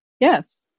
Yes